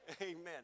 amen